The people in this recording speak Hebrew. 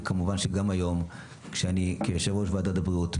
וכמובן שגם היום כיו"ר ועדת הבריאות,